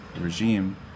Regime